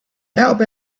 help